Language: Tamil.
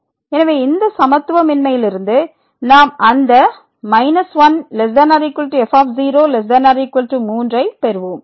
எனவே இந்த சமத்துவமின்மையிலிருந்து நாம் அந்த 1≤f 0≤3 ஐப் பெறுவோம்